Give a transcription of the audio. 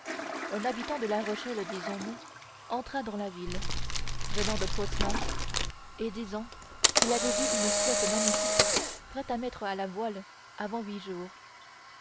un habitant de la rochelle disons-nous entra dans la ville venant de portsmouth et disant qu'il avait vu une flotte magnifique prête à mettre à la voile avant huit jours